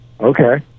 Okay